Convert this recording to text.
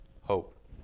hope